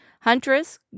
Huntress